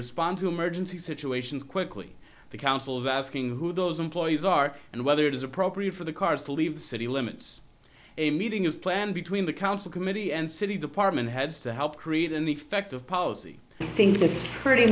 respond to emergency situations quickly the council's asking who those employees are and whether it is appropriate for the cars to leave the city limits a meeting is planned between the council committee and city department heads to help create an effective policy i think that pretty